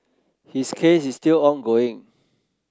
his case is still ongoing